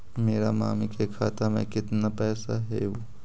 मेरा मामी के खाता में कितना पैसा हेउ?